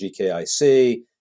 GKIC